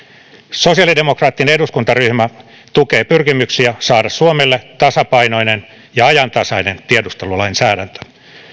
sosiaalidemokraattinen eduskuntaryhmä tukee pyrkimyksiä saada suomelle tasapainoinen ja ajantasainen tiedustelulainsäädäntö